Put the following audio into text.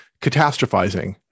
catastrophizing